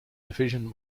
division